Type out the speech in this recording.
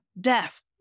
death